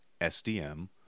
SDM